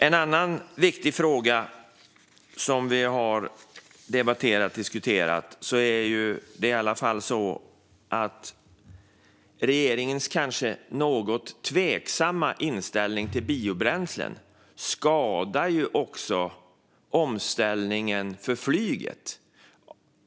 En annan viktig fråga som vi har diskuterat är att regeringens kanske något tveksamma inställning till biobränslen också skadar flygets omställning.